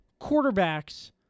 quarterbacks